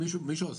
מישהו עושה,